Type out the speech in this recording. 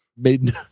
made